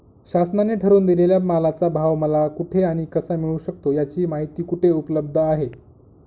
शासनाने ठरवून दिलेल्या मालाचा भाव मला कुठे आणि कसा मिळू शकतो? याची माहिती कुठे उपलब्ध आहे?